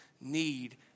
need